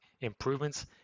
improvements